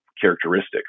characteristics